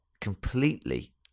completely